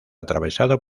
atravesado